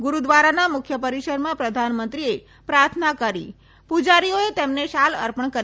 ગુરૂદ્વારાના મુખ્ય પરિસરમાં પ્રધાનમંત્રીએ પ્રાર્થના કરી પુજારીઓએ તેમને શાલ અર્પણ કરી